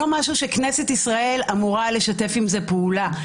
וזה לא משהו שכנסת ישראל אמורה לשתף עם זה פעולה,